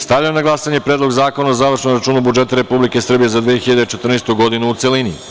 Stavljam na glasanje Predlog zakona o završnom računu budžeta Republike Srbije za 2014. godinu, u celini.